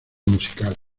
musical